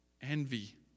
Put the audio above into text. envy